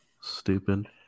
Stupid